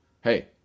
Hey